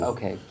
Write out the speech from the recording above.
Okay